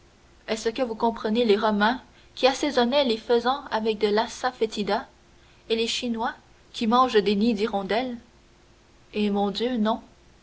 est-ce que vous comprenez les romains qui assaisonnaient les faisans avec de l'assafoetida et les chinois qui mangent des nids d'hirondelles eh mon dieu non